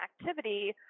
activity